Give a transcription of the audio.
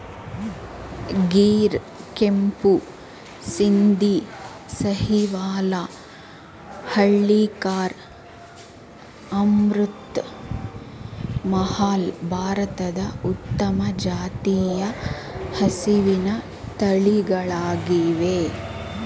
ಗಿರ್, ಕೆಂಪು ಸಿಂಧಿ, ಸಾಹಿವಾಲ, ಹಳ್ಳಿಕಾರ್, ಅಮೃತ್ ಮಹಲ್, ಭಾರತದ ಉತ್ತಮ ಜಾತಿಯ ಹಸಿವಿನ ತಳಿಗಳಾಗಿವೆ